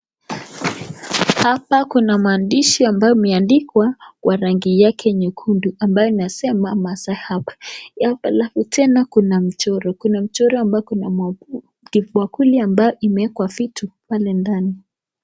Hapa kuna maandishi ambayo imeandikwa kwa rangi yake nyekundu ambayo inasema Masai Herbal. Alafu tena kuna mchoro, kuna mchoro ambapo kibakuli ambayo imewekwa vitu pale ndani.